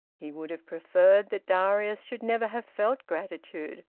he would have preferred that darius should never have felt gratitude,